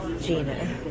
Gina